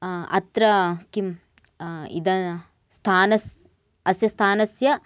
अत्र किं इदं स्थानम् अस्य स्थानस्य